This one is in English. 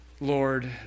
Lord